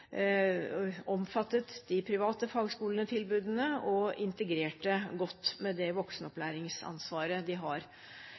omfattet de private fagskoletilbudene og integrert det godt med det